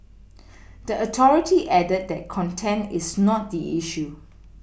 the authority added that content is not the issue